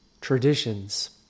traditions